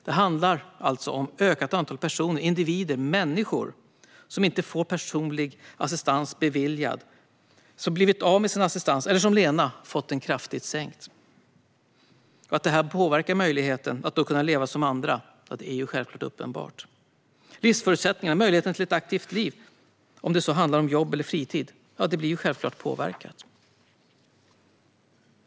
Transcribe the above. Det handlar alltså om ett ökat antal personer, individer och människor som inte får personlig assistans beviljad eller som har blivit av med sin assistans eller, som Lena, fått den kraftigt sänkt. Att detta påverkar möjligheten att kunna leva som andra är uppenbart. Livsförutsättningarna och möjligheten till ett aktivt liv, om det så handlar om jobb eller fritid, påverkas självklart.